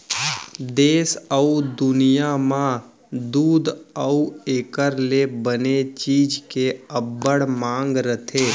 देस अउ दुनियॉं म दूद अउ एकर ले बने चीज के अब्बड़ मांग रथे